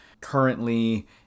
Currently